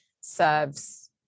serves